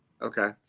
Okay